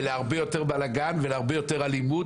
בלגן ואלימות.